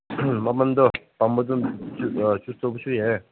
ꯎꯝ ꯃꯃꯟꯗꯣ ꯄꯥꯝꯕꯗꯨ ꯆꯨꯁ ꯇꯧꯕꯁꯨ ꯌꯥꯏꯌꯦ